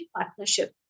partnership